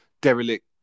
derelict